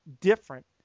different